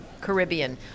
Caribbean